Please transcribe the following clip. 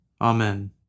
Amen